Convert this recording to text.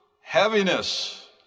Heaviness